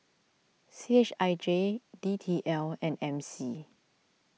C H I J D T L and M C